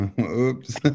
oops